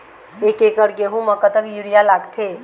एक एकड़ गेहूं म कतक यूरिया लागथे?